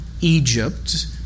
Egypt